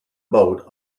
boat